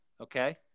okay